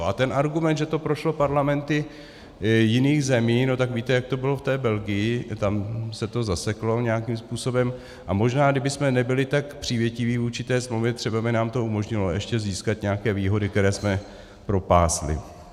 A ten argument, že to prošlo parlamenty jiných zemí, no tak víte, jak to bylo v té Belgii, tam se to zaseklo nějakým způsobem a možná, kdybychom nebyli tak přívětiví vůči té smlouvě, třeba by nám to umožnilo ještě získat nějaké výhody, které jsme propásli.